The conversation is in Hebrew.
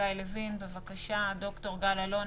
חגי לוין ולד"ר גל אלון.